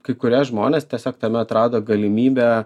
kai kurie žmonės tiesiog tame atrado galimybę